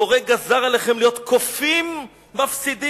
הבורא גזר עליכם להיות קופים מפסידים.